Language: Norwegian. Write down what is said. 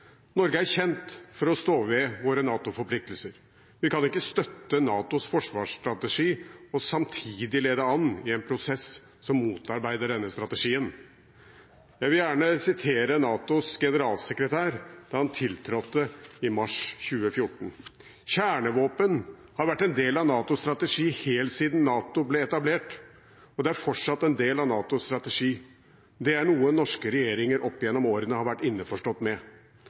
Norge er kjent for å stå ved våre NATO-forpliktelser. Vi kan ikke støtte NATOs forsvarsstrategi og samtidig lede an i en prosess som motarbeider denne strategien. Jeg vil gjerne sitere NATOs generalsekretær fra da han tiltrådte i mars 2014, da han sa om kjernevåpen: «Det har vært en del av NATOs strategi helt siden NATO ble etablert, og det er fortsatt en del av NATOs strategi. Det er noe norske regjeringer opp gjennom årene har vært innforstått med.»